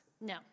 No